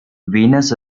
venus